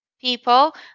people